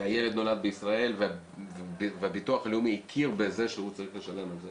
והילד נולד בישראל והביטוח הלאומי הכיר בזה שהוא צריך לשלם על זה,